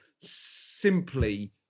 simply